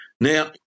Now